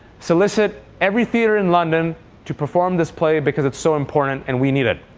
solicit every theater in london to perform this play, because it's so important and we need it.